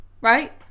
right